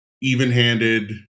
even-handed